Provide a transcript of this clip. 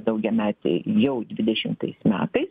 daugiametį jau dvidešimtais metais